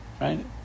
right